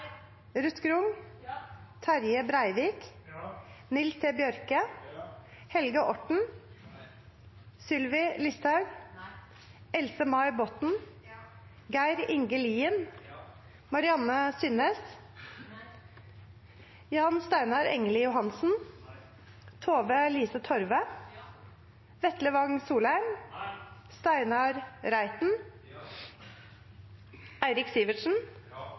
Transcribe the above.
Ruth Grung, Terje Breivik, Nils T. Bjørke, Else-May Botten, Geir Inge Lien, Tove-Lise Torve, Steinar